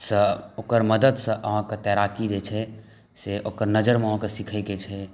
सॅं ओकर मदद सऽ अहाँके तैराकी जे छै से ओकर नजरमे अहाँके सिखय के छै